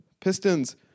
Pistons